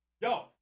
Yo